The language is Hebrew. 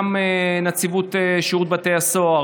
גם נציבות שירות בתי הסוהר,